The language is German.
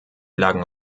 lagen